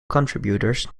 contributors